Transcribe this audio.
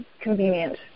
convenient